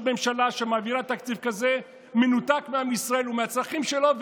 ממשלה שמעבירה תקציב כזה מנותק מעם ישראל ומהצרכים שלו,